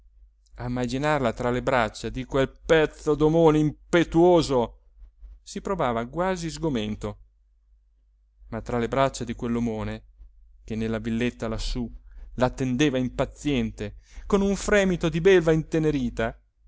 a immaginarla tra le braccia di quel pezzo d'omone impetuoso si provava quasi sgomento ma tra le braccia di quell'omone che nella villetta lassù l'attendeva impaziente con un fremito di belva intenerita